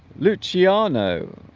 luciano